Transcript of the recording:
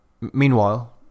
Meanwhile